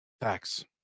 Facts